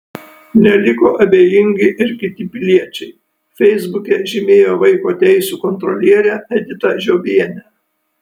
neliko abejingi ir kiti piliečiai feisbuke žymėjo vaiko teisių kontrolierę editą žiobienę